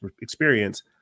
experience